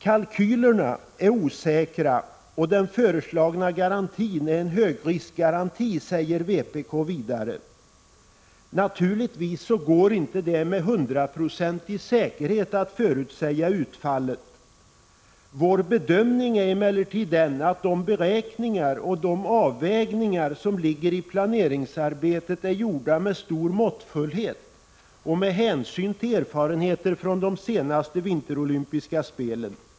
Kalkylerna är osäkra och den nu föreslagna garantin är en högriskgaranti, säger vpk vidare. Naturligtvis går det inte att med hundraprocentig säkerhet förutsäga utfallet. Vår bedömning är emellertid den, att de beräkningar och de avvägningar som ligger i planeringsarbetet är gjorda med stor måttfullhet och stor hänsyn till erfarenheter från de senaste olympiska vinterspelen.